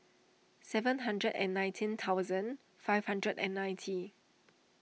seven hundred and nineteen thousand five hundred and ninety